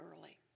early